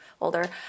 older